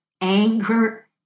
anger